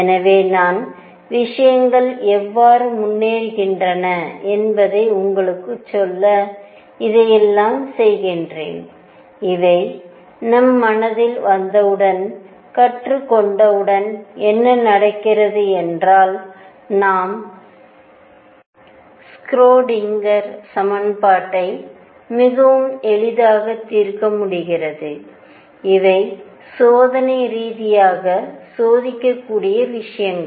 எனவே நான் விஷயங்கள் எவ்வாறு முன்னேறுகின்றன என்பதை உங்களுக்குச் சொல்ல இதை எல்லாம் செய்கிறேன் இவை நம் மனதில் வந்தவுடன் கற்றுக் கொண்டவுடன்என்ன நடக்கிறது என்றாள் நாம் ஷ்ரோடிங்கர்Schrödinger சமன்பாட்டை மிகவும் எளிதாக தீர்க்க முடிகிறது இவை சோதனை ரீதியாக சோதிக்கக்கூடிய விஷயங்கள்